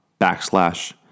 backslash